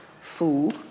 Fool